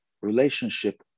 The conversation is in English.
relationship